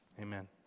amen